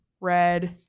red